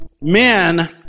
Men